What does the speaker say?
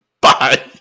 Bye